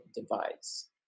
device